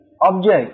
object